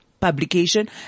publication